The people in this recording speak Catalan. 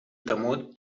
temut